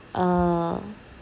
uh